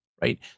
right